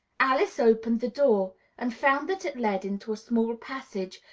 alice opened the door and found that it led into a small passage,